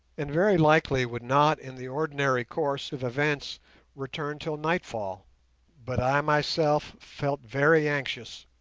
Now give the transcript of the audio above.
and very likely would not in the ordinary course of events return till nightfall but i myself felt very anxious,